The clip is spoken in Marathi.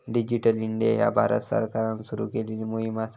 डिजिटल इंडिया ह्या भारत सरकारान सुरू केलेली मोहीम असा